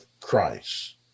Christ